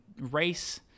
race